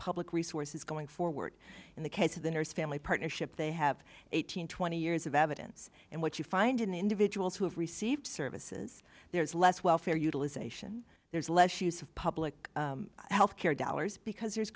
public resources going forward in the case of the nurse family partnership they have eight hundred twenty years of evidence and what you find in the individuals who have received services there's less welfare utilization there's less use of public health care dollars because there